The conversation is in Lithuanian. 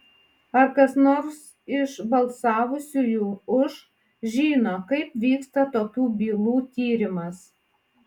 ar kas nors iš balsavusiųjų už žino kaip vyksta tokių bylų tyrimas